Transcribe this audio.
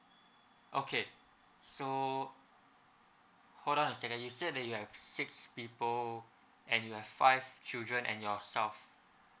okay so hold on a second you said that you have six people and you have five children and yourself